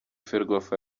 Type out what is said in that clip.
ferwafa